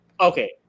Okay